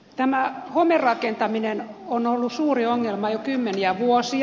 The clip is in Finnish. tämä homerakentaminen on ollut suuri ongelma jo kymmeniä vuosia